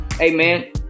Amen